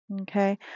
Okay